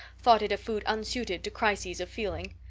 thought it a food unsuited to crises of feeling,